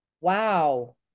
Wow